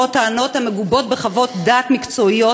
נשמעות טענות המגובות בחוות דעת מקצועיות,